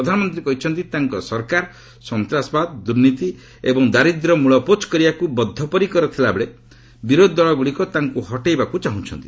ପ୍ରଧାନମନ୍ତ୍ରୀ କହିଛନ୍ତି ତାଙ୍କ ସରକାର ସନ୍ତାସବାଦ ଦୁର୍ନୀତି ଏବଂ ଦାରିଦ୍ର୍ୟ ମ୍ବଳପୋଛ କରିବାକୃ ବଦ୍ଧପରିକର ଥିଲାବେଳେ ବିରୋଧୀ ଦଳଗ୍ରଡ଼ିକ ତାଙ୍କୃ ହଟାଇବାକୁ ଚାହୁଁଛନ୍ତି